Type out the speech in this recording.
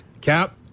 Cap